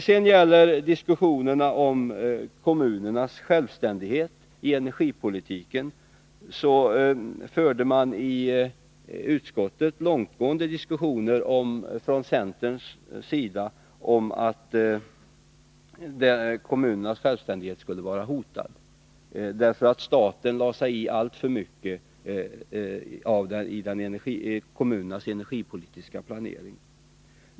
I fråga om kommunernas självständighet i energipolitiken förde centern i utskottet långtgående diskussioner om att kommunernas självständighet skulle vara hotad, därför att staten lade sig i alltför mycket av kommunernas energipolitiska planering.